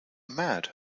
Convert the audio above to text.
mad